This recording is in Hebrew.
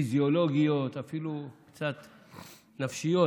פיזיולוגיות, אפילו קצת נפשיות,